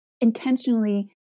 intentionally